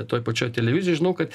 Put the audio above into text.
toj pačioj televizijoj žinau kad